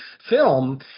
film